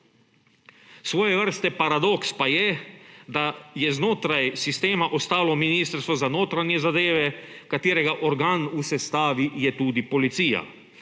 Svoje vrste paradoks pa je, da je znotraj sistema ostalo Ministrstvo za notranje zadeve, katerega organ v sestavi je tudi policija.